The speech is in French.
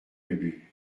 ubu